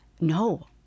No